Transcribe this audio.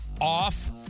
off